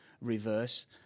reverse